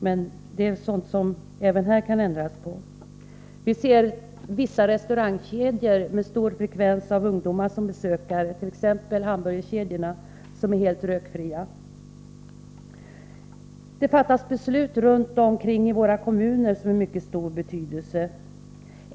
Men det är sådant som kan ändras. Det finns vissa restaurangkedjor med stort antal ungdomar som besökare, exempelvis hamburgerkedjorna, som är helt rökfria. Det fattas beslut runt omkring i våra kommuner som är av mycket stor betydelse.